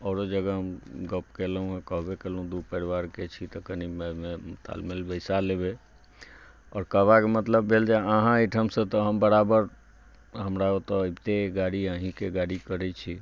औरो जगह गप कयलहुँ हँ कहबे कयलहुँ दू परिवारके छी तऽ कनी अइमे तालमेल बैसा लेबै आओर कहबाक मतलब भेल जे अहाँ अयठामसँ तऽ हम बराबर हमरा ओतऽ अबिते अइ गाड़ी अहिके गाड़ी करै छी